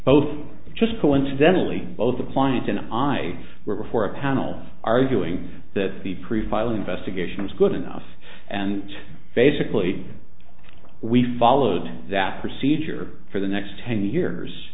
both just coincidentally both the client and i were before a panel arguing that the pre filing investigation was good enough and basically we followed that procedure for the next ten years